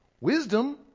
wisdom